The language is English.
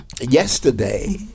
Yesterday